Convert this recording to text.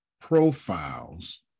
profiles